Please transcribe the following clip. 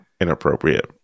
inappropriate